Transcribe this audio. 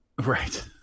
Right